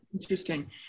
Interesting